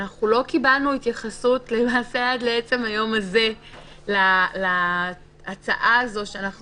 אנחנו לא קיבלנו התייחסות למעשה עד עצם היום הזה להצעה הזו שאנחנו